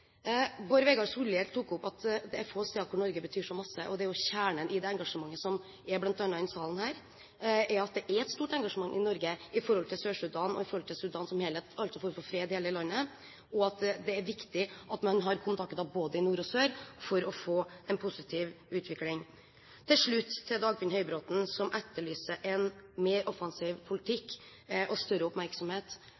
Bård Vegar Solhjell tok opp at det er få steder Norge betyr så mye, og kjernen i det engasjementet som bl.a. er i denne salen, er at det er et stort engasjement i Norge for Sør-Sudan og for Sudan som helhet – altså for fred i hele landet – og at det er viktig at man har kontakter både i nord og sør for å få en positiv utvikling. Til slutt til Dagfinn Høybråten som etterlyser en mer offensiv